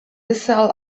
bisserl